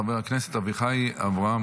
חבר הכנסת אביחי אברהם